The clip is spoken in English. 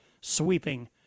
sweeping